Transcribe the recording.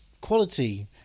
quality